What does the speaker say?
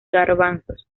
garbanzos